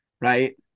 Right